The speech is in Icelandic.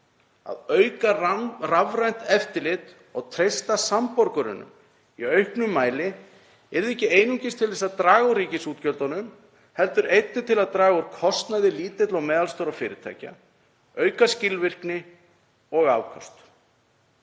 Að auka rafrænt eftirlit og treysta samborgurum í auknum mæli yrði ekki einungis til að draga úr ríkisútgjöldunum heldur einnig til að draga úr kostnaði lítilla og meðalstórra fyrirtækja og auka skilvirkni og afköst.